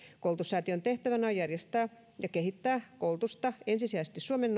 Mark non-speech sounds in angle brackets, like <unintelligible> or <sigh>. koulutussäätiön tehtävänä on järjestää ja kehittää koulutusta ensisijaisesti suomen <unintelligible>